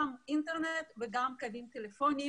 גם אינטרנט וגם קווים טלפוניים,